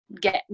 get